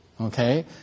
okay